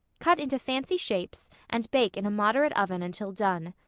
cut into fancy shapes and bake in a moderate oven until done.